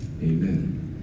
amen